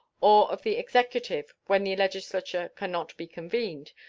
or of the executive when the legislature can not be convened,